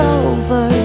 over